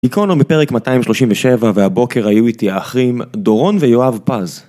גיקונומי בפרק 237 והבוקר היו איתי האחרים דורון ויואב פז